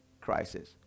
crisis